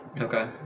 Okay